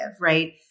right